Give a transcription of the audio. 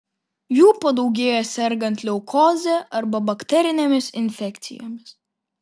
jų padaugėja sergant leukoze arba bakterinėmis infekcijomis